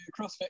CrossFit